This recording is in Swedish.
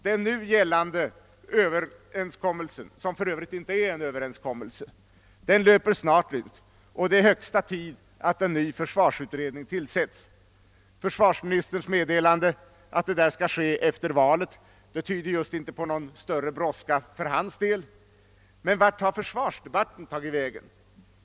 Den nu gällande överenskommelsen, som för övrigt inte är någon överenskommelse, löper snart ut, och det är hög tid att en ny försvarsutredning tillsättes. Försvarsministerns meddelande om att det skall ske efter valet tyder just inte på någon större brådska för hans del. Men vart har försvarsdebatten tagit vägen?